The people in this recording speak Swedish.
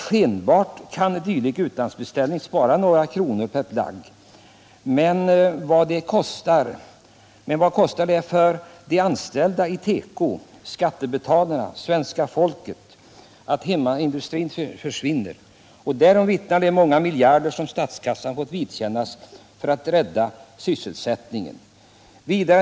Skenbart kan en sådan utlandsbeställning spara några kronor per plagg, men vad kostar det de inom tekoindustrin anställda, skattebetalarna och hela svenska folket om hemmaindustrin försvinner? Man har ju också måst betala ut miljarder från statskassan för att kunna rädda sysselsättningen.